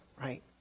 right